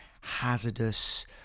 hazardous